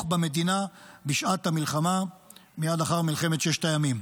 במדינה בשעת המלחמה מייד לאחר מלחמת ששת הימים.